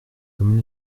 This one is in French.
comme